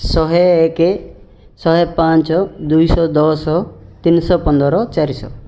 ଶହେ ଏକେ ଶହେ ପାଞ୍ଚ ଦୁଇଶହ ଦଶ ତିନିଶହ ପନ୍ଦର ଚାରିଶହ